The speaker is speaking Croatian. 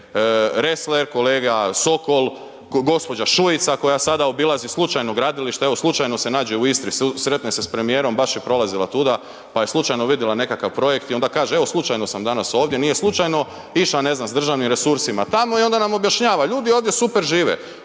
kolege Ressler, kolega Sokol, gđa. Šujica koja sada obilazi slučajno gradilište, evo slučajno se nađe u Istri, sretne se s premijerom, baš je prolazila tuda pa je slučajno vidjela nekakav projekt i onda kaže evo slučajno sam danas ovdje, nije slučajno išla ne znam sa državnim resursima tamo i onda nam objašnjava ljudi ovdje super žive,